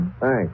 Thanks